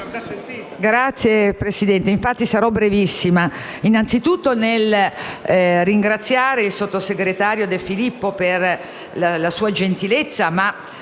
Signor Presidente, sarò brevissima. Innanzitutto vorrei ringraziare il sottosegretario De Filippo per la sua gentilezza.